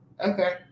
Okay